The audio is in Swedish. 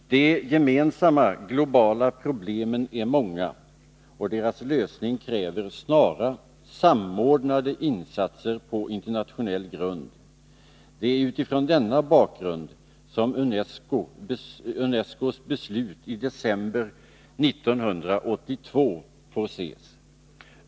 De gemensamma globala problemen är många, och deras lösning kräver snara, samordnade insatser på internationell grund. Det är utifrån denna bakgrund som UNESCO:s beslut i december 1982 får ses.